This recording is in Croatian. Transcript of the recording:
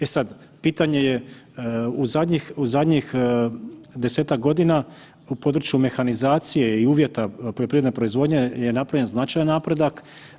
E sad, pitanje je, u zadnjih 10-tak godina u području mehanizacije i uvjeta poljoprivredne proizvodnje je napravljen značajan napredak.